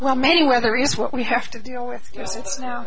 well many weather is what we have to deal with